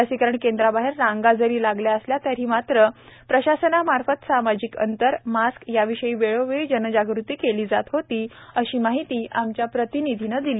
लसीकरण केंद्राबाहेर रांगा जरी लागल्या असल्या तरी मात्र प्रशासनामार्फत सामाजिक अंतर मास्क याविषयी वेळोवेळी जनजागृती केली जात होती अशी माहिती आमच्या प्रतनिधीने दिली